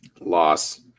Loss